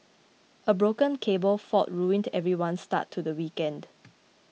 a broken cable fault ruined everyone's start to the weekend